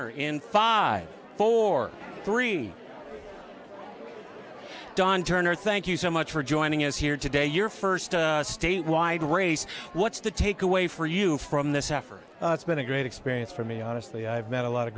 owner in five four three dawn turner thank you so much for joining us here today your first statewide race what's the takeaway for you from this effort it's been a great experience for me honestly i've met a lot of